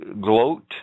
gloat